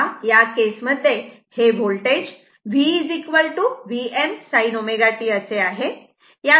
तेव्हा या केसमध्ये हे voltage v Vm sin ω t असे आहे